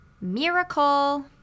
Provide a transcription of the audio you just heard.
Miracle